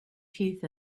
teeth